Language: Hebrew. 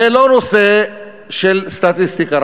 זה לא נושא של סטטיסטיקה,